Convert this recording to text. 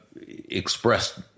expressed